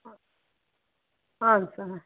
ಹಾಂ ಸರ್ ಹಾಂ